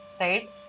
right